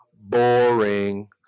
boring